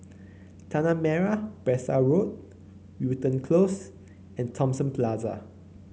Tanah Merah Besar Road Wilton Close and Thomson Plaza